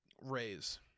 raise